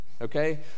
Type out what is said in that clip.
okay